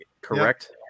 correct